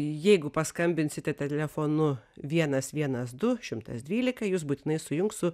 jeigu paskambinsite telefonu vienas vienas du šimtas dvylika jus būtinai sujungs su